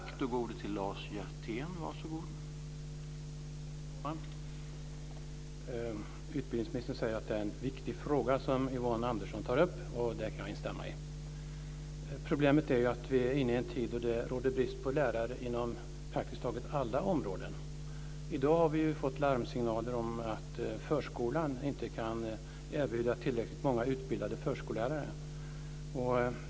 Herr talman! Utbildningsministern säger att det är en viktig fråga som Yvonne Andersson tar upp. Det kan jag instämma i. Problemet är att vi är inne i en tid då det råder brist på lärare inom praktiskt taget alla områden. I dag har vi fått larmsignaler om att förskolan inte kan erbjuda tillräckligt många utbildade förskollärare.